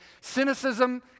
Cynicism